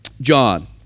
John